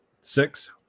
Six